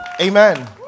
Amen